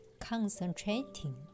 concentrating